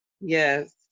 Yes